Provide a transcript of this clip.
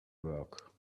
work